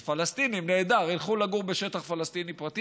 אז פלסטינים, נהדר, ילכו לגור בשטח פלסטיני פרטי.